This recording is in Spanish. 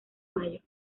mayo